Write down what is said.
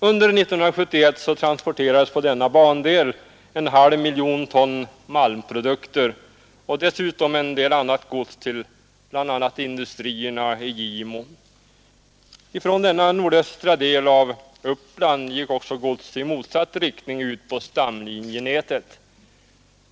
Under 1971 transporterades på denna bandel en halv miljon ton malmprodukter och dessutom en del annat gods till bl.a. industrierna i Gimo. Från denna nordöstra del av Uppland gick också gods i motsatt riktning ut på stamlinjenätet.